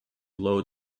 low